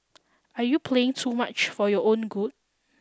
are you playing too much for your own good